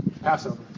Passover